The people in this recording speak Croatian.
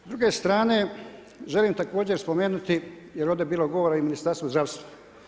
S druge strane želim također spomenuti jer ovdje je bilo govora i o Ministarstvu zdravstva.